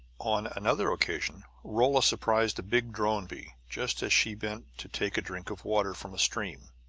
on another occasion rolla surprised a big drone bee, just as she bent to take a drink of water from a stream.